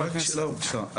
רק שאלה, בבקשה.